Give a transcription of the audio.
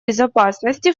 безопасности